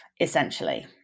essentially